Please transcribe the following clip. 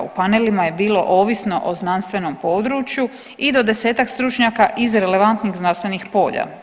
U panelima je bilo ovisno o znanstvenom području i do 10-ak stručnjaka iz relevantnih znanstvenih polja.